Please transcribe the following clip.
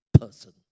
person